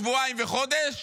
ושבועיים וחודש,